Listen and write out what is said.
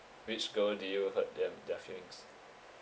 which girl did you hurt them their feelings